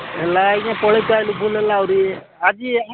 ହେଲା ଆଜ୍ଞା ପଳେଇ ତ ଆସିଲି ଭୁଲ୍ ହେଲା ଆହୁରି ଆଜି